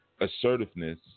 assertiveness